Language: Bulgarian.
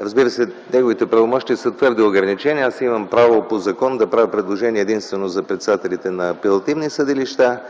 разбира се, неговите правомощия са твърде ограничени. Аз имам право по закон да правя предложения единствено за председателите на апелативни съдилища.